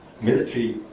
Military